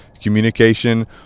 communication